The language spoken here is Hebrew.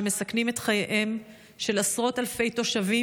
שמסכנים את חייהם של עשרות אלפי תושבים,